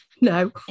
No